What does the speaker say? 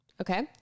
Okay